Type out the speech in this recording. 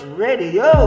radio